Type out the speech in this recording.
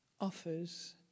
offers